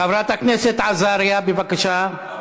חברת הכנסת עזריה, בבקשה.